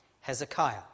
Hezekiah